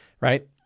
Right